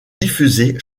diffusées